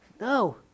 No